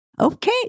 Okay